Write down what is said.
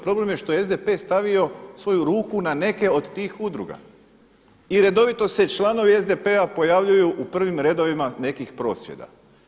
Problem je što je SDP stavio svoju ruku na neke od tih udruga i redovito se članovi SDP-a pojavljuju u prvim redovima nekih prosvjeda.